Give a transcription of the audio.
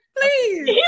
Please